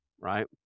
right